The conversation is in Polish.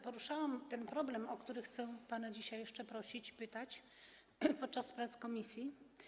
Poruszałam ten problem, o który chcę pana dzisiaj jeszcze pytać podczas prac komisji.